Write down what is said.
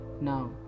Now